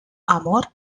amor